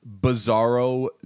Bizarro